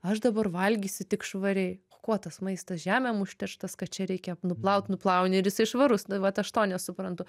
aš dabar valgysiu tik švariai kuo tas maistas žemėm užterštas kad čia reikia nuplaut nuplauni ir jisai švarus nu vat aš to nesuprantu